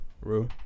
Rue